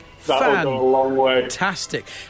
Fantastic